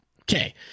okay